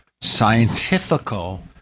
Scientifical